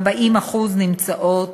40% נמצאות